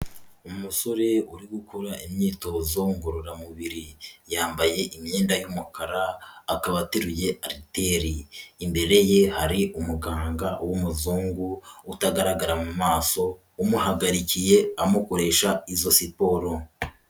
Umusore uri gukora imyitozo ngororamubiri, yambaye imyenda y'umukara akaba ateruye ariteri. Imbere ye hari umuganga w'umuzungu utagaragara mu maso, umuhagarikiye amukoresha izo siporo.